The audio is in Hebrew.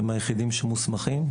הם היחידים שמוסמכים,